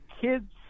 kids